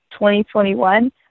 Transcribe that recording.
2021